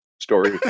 story